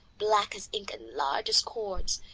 black as ink and large as cords.